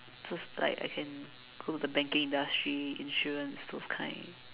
just like I can go the banking industry insurance those kind